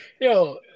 yo